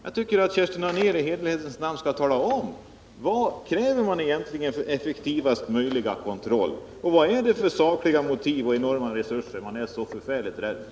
Jag tycker att Kerstin Anér i hederlighetens namn skall tala om, vad det är för effektivaste möjliga kontroll man kräver och vad det är för enorma krav på resurser man är så förfärligt rädd för.